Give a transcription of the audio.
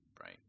Right